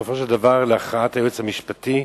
בסופו של דבר להכרעת היועץ המשפטי,